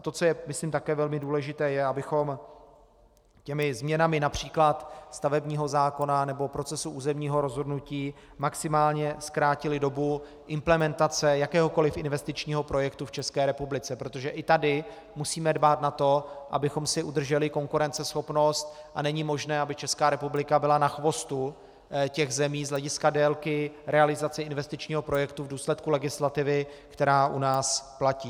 To, co je, myslím, také velmi důležité, je, abychom těmi změnami například stavebního zákona nebo procesu územního rozhodnutí maximálně zkrátili dobu implementace jakéhokoliv investičního projektu v České republice, protože i tady musíme dbát na to, abychom si udrželi konkurenceschopnost, a není možné, aby Česká republika byla na chvostu těch zemí z hlediska délky realizace investičního projektu v důsledku legislativy, která u nás platí.